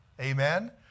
Amen